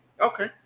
Okay